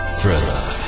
Thriller